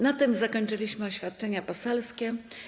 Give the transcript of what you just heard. Na tym zakończyliśmy oświadczenia poselskie.